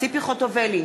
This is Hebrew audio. ציפי חוטובלי,